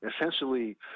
essentially